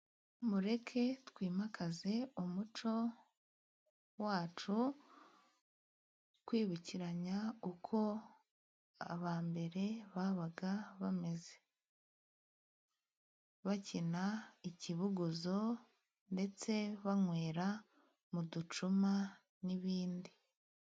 Mureke twimakaze umuco wacu, twibukiranya uko abambere babaga bameze, bakina ikibugozo, ndetse banywera mu ducuma n'ibindi.